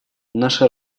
наша